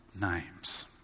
names